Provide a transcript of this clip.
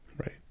Right